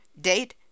date